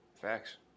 Facts